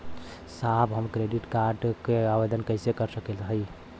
साहब हम credit card क आवेदन कइसे कर सकत हई?